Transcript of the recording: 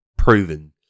proven